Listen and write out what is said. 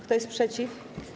Kto jest przeciw?